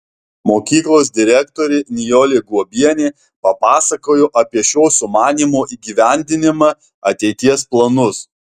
mokyklos direktorė nijolė guobienė papasakojo apie šio sumanymo įgyvendinimą ateities planus